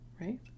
Right